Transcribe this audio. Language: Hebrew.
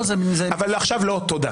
--- אבל עכשיו לא, תודה.